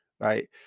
right